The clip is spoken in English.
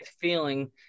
feeling